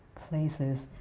places.